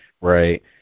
right